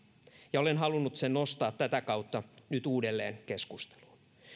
ja olen halunnut sen nostaa tätä kautta nyt uudelleen keskusteluun